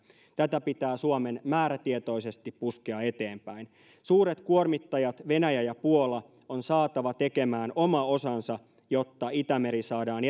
tätä pitää suomen määrätietoisesti puskea eteenpäin suuret kuormittajat venäjä ja puola on saatava tekemään oma osansa jotta itämeri saadaan